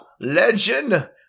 legend